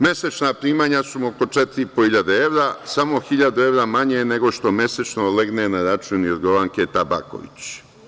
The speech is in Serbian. Mesečna primanja su mu oko četiri i po hiljade evra, samo hiljadu evra manje nego što mesečno legne na račun Jorgovanke Tabaković.